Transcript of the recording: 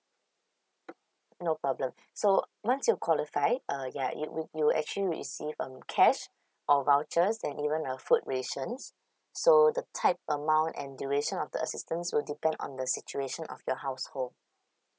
no problem so once you're qualified uh yeah it would you would actually receive um cash or vouchers and even a food rations so the type of amount and duration of the assistance will depend on the situation of your household